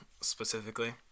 specifically